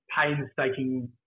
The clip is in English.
painstaking